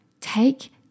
Take